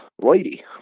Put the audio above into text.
lady